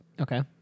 Okay